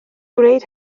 gwneud